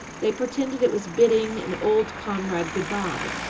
they pretended it was bidding an old comrade good-bye.